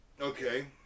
Okay